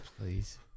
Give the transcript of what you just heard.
please